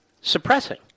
suppressing